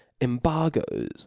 Embargoes